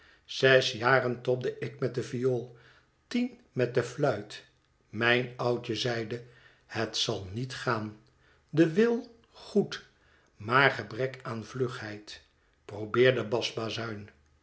zes jaren tobde ik met de viool tien met de fluit mijn oudje zeide het zal niet gaan de wil goed maar gebrek aan vlugheid probeer de basbazuin